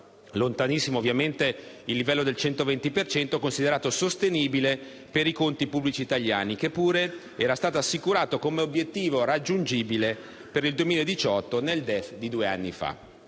Lontanissimo, ovviamente, il livello del 120 per cento considerato "sostenibile" per i conti pubblici italiani, che pure era stato assicurato come obiettivo raggiungibile per il 2018 nel DEF di due anni fa.